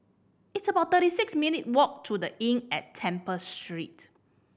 it's about thirty six minute walk to The Inn at Temple Street